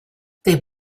they